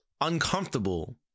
uncomfortable